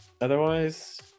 Otherwise